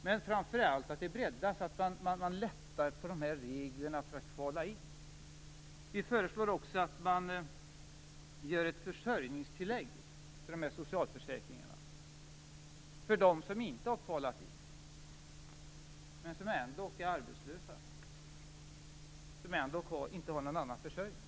Men framför allt bör detta breddas genom att man lättar på reglerna för att kvala in. Vi föreslår också att man gör ett försörjningstillägg till socialförsäkringarna för dem som inte har kvalat in men som ändå är arbetslösa och inte har någon annan försörjning.